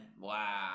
Wow